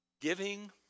giving